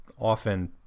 often